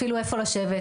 אפילו איפה לשבת.